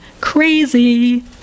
Crazy